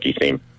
theme